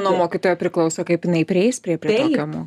nuo mokytojo priklauso kaip jinai prieis prie prie tokio mo